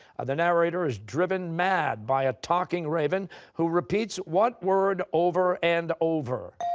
the narrator is driven mad by a talking raven who repeats what word over and over?